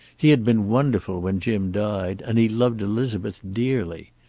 he had been wonderful when jim died, and he loved elizabeth dearly.